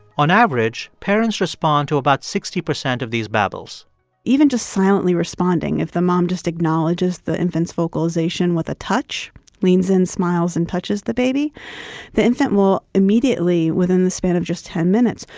on average, parents respond to about sixty percent of these babbles even just silently responding if the mom just acknowledges the infant's vocalization with a touch leans in, smiles and touches the baby the infant will immediately, within the span of just ten minutes,